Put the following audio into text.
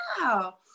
wow